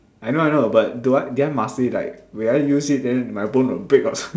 I know I know but do I did I master it like will I use it then my bone will break or something